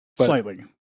Slightly